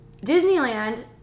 Disneyland